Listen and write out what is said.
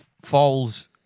falls